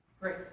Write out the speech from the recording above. great